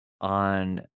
on